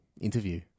interview